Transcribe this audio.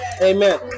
Amen